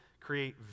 create